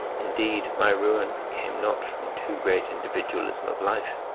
indeed, my ruin came not from too great individualism of life,